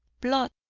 blood,